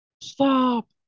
Stop